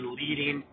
leading